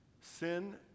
Sin